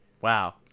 Wow